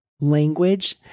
Language